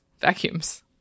vacuums